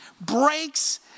breaks